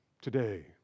today